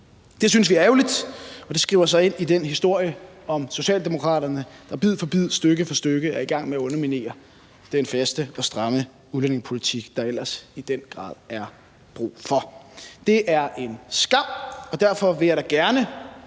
Det synes vi er ærgerligt, og det skriver sig ind i den historie om Socialdemokraterne, der bid for bid, stykke for stykke er i gang med at underminere den faste og stramme udlændingepolitik, der ellers i den grad er brug for. Det er en skam, og derfor vil jeg da gerne